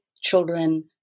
children